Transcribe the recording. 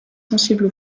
sensibles